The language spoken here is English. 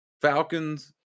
Falcons